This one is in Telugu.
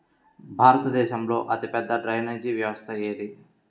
భారతదేశంలో అతిపెద్ద డ్రైనేజీ వ్యవస్థ ఏది?